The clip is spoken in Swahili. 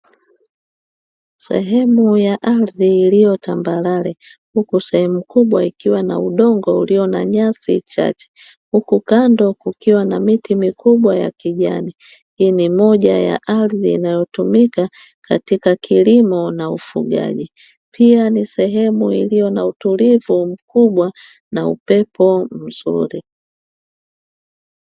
Sehemu ya ardhi iliyo tambarare huku sehemu kubwa ikiwa na udongo ulio na nyasi chache, huku kando kukiwa na miti mikubwa ya kijani. Hii ni moja ya ardhi inayotumika katika kilimo cha ufugaji. Pia ni sehemu iliyo na utulivu mkubwa na upepo mzuri.